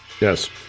Yes